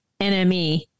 NME